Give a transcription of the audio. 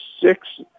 six